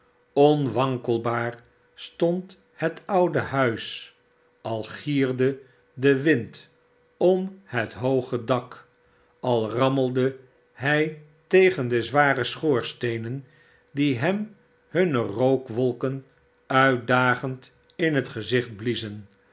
onwankelbaar stond het oude huis al gierde de wind om het hooge dak al rammelde hij tegen de zware schoorsteenen die hem hunne rookwolken uitdagend in het gezicht bliezen